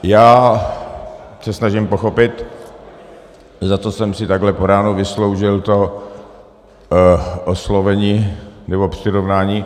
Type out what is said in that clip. Já se snažím pochopit, za co jsem si takhle po ránu vysloužil to oslovení nebo přirovnání.